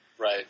Right